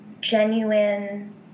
genuine